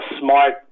smart